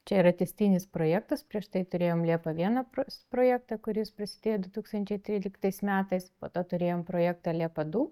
čia yra tęstinis projektas prieš tai turėjom liepą vieną s projektą kuris prisidėjo du tūkstančiai tryliktais metais po to turėjom projektą liepa du